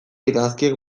idazkiek